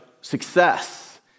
success